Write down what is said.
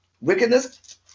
wickedness